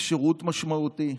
לשירות משמעותי.